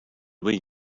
lee